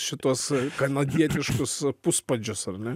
šituos kanadietiškus puspadžius ar ne